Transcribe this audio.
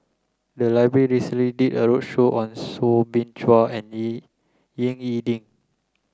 the library recently did a roadshow on Soo Bin Chua and E Ying E Ding